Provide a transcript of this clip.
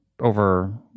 over